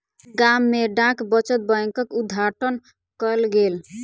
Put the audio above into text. गाम में डाक बचत बैंकक उद्घाटन कयल गेल